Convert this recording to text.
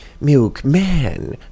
milkman